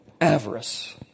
Avarice